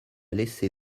laissé